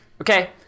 Okay